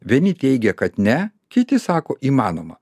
vieni teigia kad ne kiti sako įmanoma